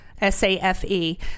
S-A-F-E